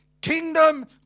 kingdom